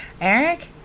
Eric